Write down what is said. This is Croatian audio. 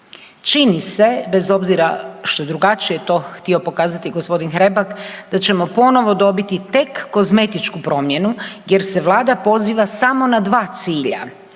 Čini se bez obzira što je drugačije to htio pokazati g. Hrebak da ćemo ponovo dobiti tek kozmetičku promjenu jer se Vlada poziva samo na dva cilja,